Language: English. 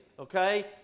Okay